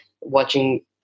watching